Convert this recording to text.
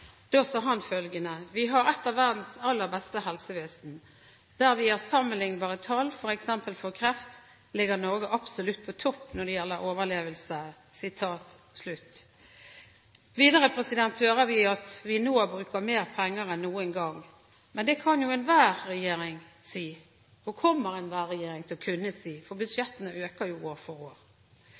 Da sa han at «vi nå har et av verdens aller beste helsevesen. Der vi har sammenlignbare tall, f.eks. for kreft, ligger Norge absolutt på topp når det gjelder overlevelse». Videre hører vi at vi nå bruker mer penger enn noen gang, men det kan jo enhver regjering si, og kommer enhver regjering til å kunne si, for budsjettene øker jo år for år.